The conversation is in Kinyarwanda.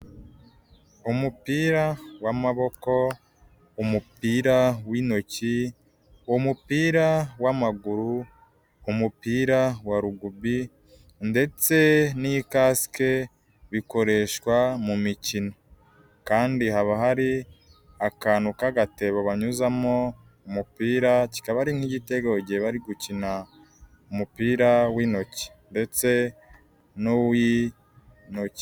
Umupira w'amaboko, umupira w'intoki, umupira w'amaguru, umupira wa rugubi ndetse n'ikasike, bikoreshwa mu mikino kandi haba hari akantu k'agatebo banyuzamo umupira kikaba ari n'igitego igihe bari gukina, umupira w'intoki ndetse n'uw'intoki.